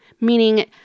meaning